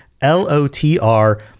L-O-T-R